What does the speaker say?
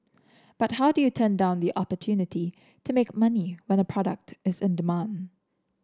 but how do you turn down the opportunity to make money when a product is in demand